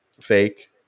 fake